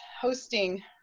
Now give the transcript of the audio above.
hosting